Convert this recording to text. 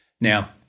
Now